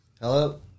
Hello